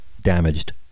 damaged